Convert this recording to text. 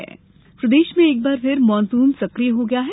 मौसम प्रदेश में एक बार फिर मानसून सकिय हो गया है